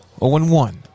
0-1